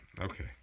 Okay